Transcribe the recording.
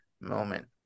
moment